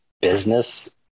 business